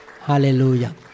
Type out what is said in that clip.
Hallelujah